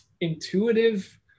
intuitive